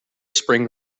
spring